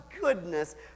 goodness